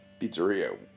Pizzeria